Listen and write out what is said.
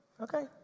okay